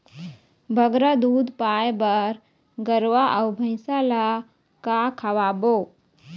बगरा दूध पाए बर गरवा अऊ भैंसा ला का खवाबो?